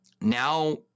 Now